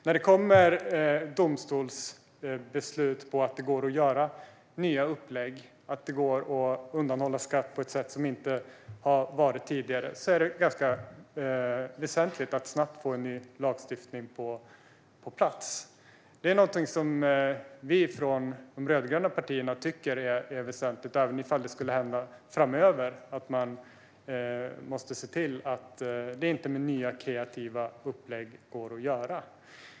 När det kommer domstolsbeslut om att det går att göra nya upplägg eller undanhålla skatt på ett sätt som inte har skett tidigare är det väsentligt att snabbt få en ny lagstiftning på plats. Det är något som vi från de rödgröna partierna tycker är väsentligt om det skulle hända framöver. Man måste se till att det inte med hjälp av nya kreativa upplägg går att göra.